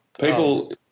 People